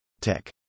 Tech